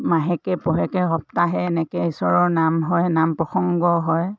মাহেকে পষেকে সপ্তাহে এনেকৈ ঈশ্বৰৰ নাম হয় নাম প্ৰসংগ হয়